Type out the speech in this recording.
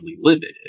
limited